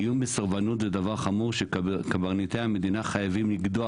איום בסרבנות זה דבר חמור שקברניטי המדינה חייבים לגדוע